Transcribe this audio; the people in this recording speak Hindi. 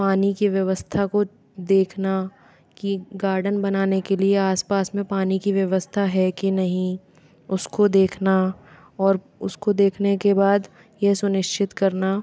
पानी की व्यवस्था को देखना कि गार्डन बनाने के लिए आसपास में पानी की व्यवस्था है कि नहीं उसको देखना और उसको देखने के बाद यह सुनिश्चित करना